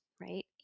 right